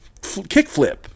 kickflip